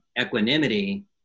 equanimity